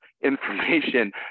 information